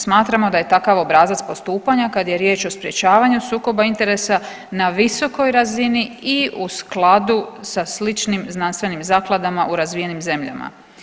Smatramo da je takav obrazac postupanja kad je riječ o sprječavanju sukoba interesa na visokoj razini i u skladu sa sličnim znanstvenim zakladama u razvijenim zemljama.